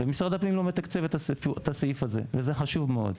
משרד הפנים לא מתקצב את הסעיף הזה, וזה חשוב מאוד.